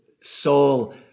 soul